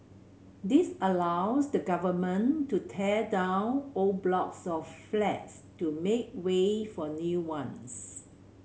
this allows the Government to tear down old blocks of flats to make way for new ones